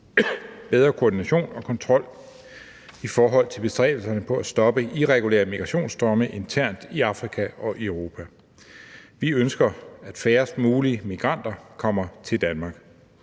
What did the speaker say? bedre koordination og kontrol i forhold til bestræbelserne på at stoppe irregulære migrationsstrømme internt i Afrika og i Europa. Vi ønsker, at færrest mulige migranter kommer til Danmark.